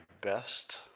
best